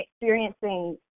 experiencing